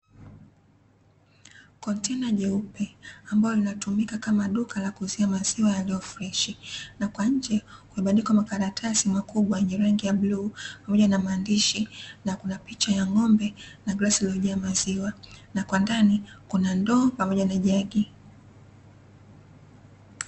Kontena jeupe ambalo linatumika kama duka la kuuzia maziwa yaliyo freshi, na kwa nje kumebandikwa makaratasi makubwa yenye rangi ya bluu, pamoja na maandishi, na kuna picha ya ng'ombe na glasi iliyojaa maziwa, na kwa ndani kuna ndoo pamoja na jagi.